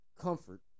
Comfort